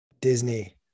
Disney